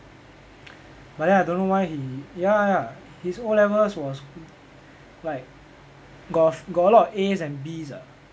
but then I don't know why he ya ya his O-levels was like got a f~ got a lot of As and Bs ah